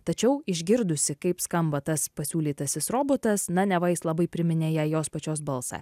tačiau išgirdusi kaip skamba tas pasiūlytasis robotas na neva jis labai priminė jai jos pačios balsą